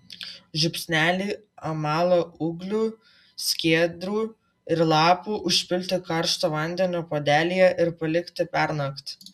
žiupsnelį amalo ūglių skiedrų ir lapų užpilti karštu vandeniu puodelyje ir palikti pernakt